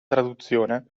traduzione